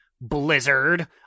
Blizzard